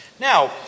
Now